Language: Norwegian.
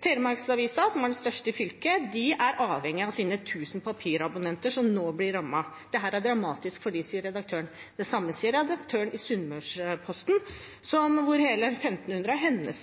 Telemarksavisa, som er den største i fylket, er avhengig av sine 1 000 papirabonnenter, som nå blir rammet. Dette er dramatisk for dem, sier redaktøren. Det samme sier redaktøren i Sunnmørsposten, hvor hele 1 500 av hennes